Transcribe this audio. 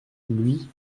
lui